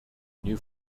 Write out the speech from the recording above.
new